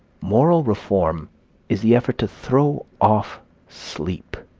moral reform is the effort to throw off sleep.